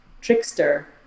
Trickster